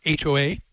HOA